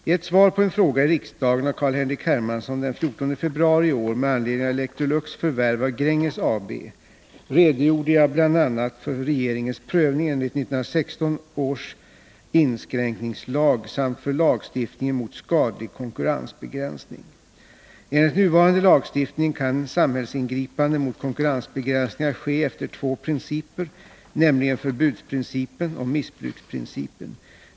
I ett svar på en fråga i riksdagen av Carl-Henrik Hermansson den 14 februari i år med anledning av Electrolux förvärv av Gränges AB redogjorde jag bl.a. för regeringens prövning enligt 1916 års inskränkningslag samt för lagstiftningen mot skadlig konkurrensbegränsning. Enligt nuvarande lagstiftning kan samhällsingripande mot konkurrensbegränsningar ske efter två principer, nämligen förbudsprincipen och missbruksprincipen.